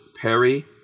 Perry